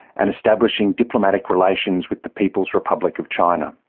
and establishing diplomatic relations with the people's republic of china.